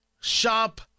Shop